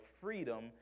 freedom